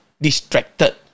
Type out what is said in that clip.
distracted